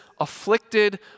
afflicted